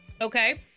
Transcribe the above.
Okay